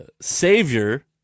savior